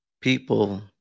People